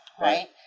right